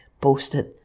posted